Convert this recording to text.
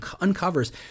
uncovers